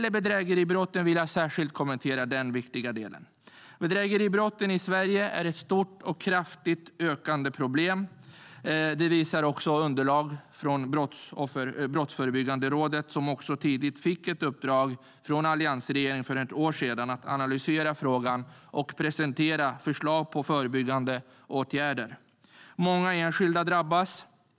Jag vill särskilt kommentera bedrägeribrotten. Bedrägeribrotten i Sverige är ett stort och kraftigt växande problem. Det visar även underlag från Brottsförebyggande rådet som för ett år sedan fick ett uppdrag av alliansregeringen att analysera frågan och presentera förslag till förebyggande åtgärder. Många enskilda drabbas.